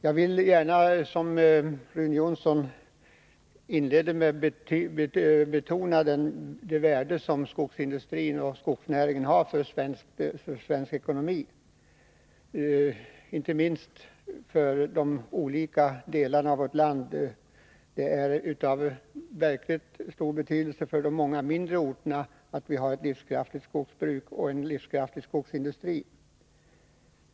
Jag vill gärna — som Rune Jonsson inledningsvis gjorde — betona det värde som skogsindustrin och skogsnäringen har för svensk ekonomi, inte minst när det gäller olika delar av vårt land. Det är av verkligt stor betydelse för många av de mindre orterna att vi har ett livskraftigt skogsbruk och en livskraftig skogsindustri.